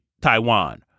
Taiwan